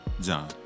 John